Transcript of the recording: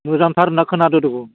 मोजांथार होन्ना खोनादों दख